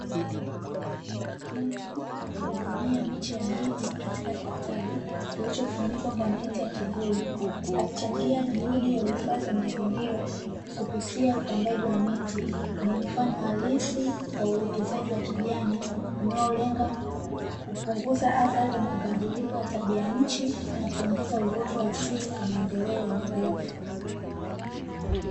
Mtu akihudumia miche ya miti katika kitalu kilichofunikwa kwa neti ya kivuli. akichangia juhudi ya uhifadhi wa mazingira kupitia upandaji wa miti, ni mfano halisi wa uwekezaji wa kijana unaolenga kupunguza athari za mabadiliko ya tabia nchi na kuongeza uoto wa asili kwa maendeleo endelevu.